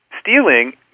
Stealing